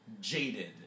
jaded